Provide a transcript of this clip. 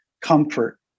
comfort